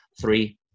Three